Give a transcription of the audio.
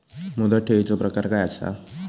मुदत ठेवीचो प्रकार काय असा?